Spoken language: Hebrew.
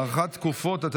הוראת שעה) (תיקון מס' 3),